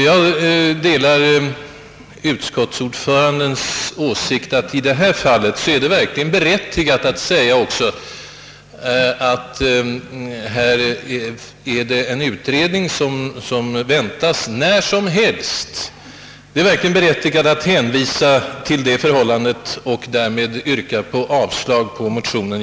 Jag delar utskottsordförandens åsikt att i det här fallet är det verkligen berättigat att hänvisa till en utredning vars resultat kan väntas när som helst och därmed yrka avslag på motionen.